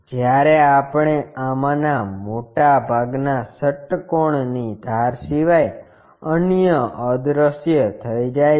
જ્યારે આપણે આમાંના મોટાભાગના ષટ્કોણ ની ધાર સિવાય અન્ય અદ્રશ્ય થઈ જાય છે